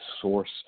source